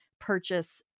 purchase